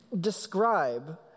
describe